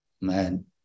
Man